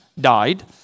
died